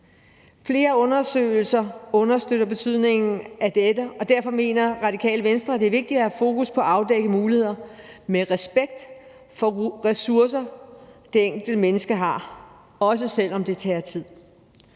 Flere undersøgelser understøtter betydningen af dette, og derfor mener Radikale Venstre, at det er vigtigt at have fokus på at afdække muligheder med respekt for de ressourcer, det enkelte menneske har, også selv om det tager tid.